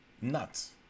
nuts